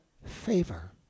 Favor